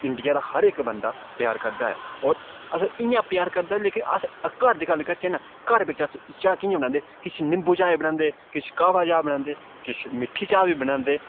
India दा हर इक बन्दा प्यार करदा ऐ होर अगर इ'यां प्यार करदा ऐ लेकिन अस घर दी गल्ल करचै न घर बिच्च अस चाह् कियां बनांदे किश निम्बू चाह् बनांदे किश कावा चाह् बनांदे किश मिट्ठी चाह् बी बनांदे